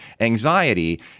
Anxiety